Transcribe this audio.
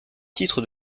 titre